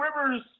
Rivers